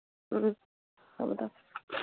ꯎꯝ ꯊꯝꯃꯣ ꯊꯝꯃꯣ